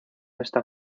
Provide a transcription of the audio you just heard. esta